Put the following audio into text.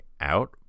out